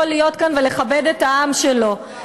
הוא יכול להיות כאן ולכבד את העם שלו.